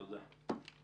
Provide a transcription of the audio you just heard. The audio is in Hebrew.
תודה.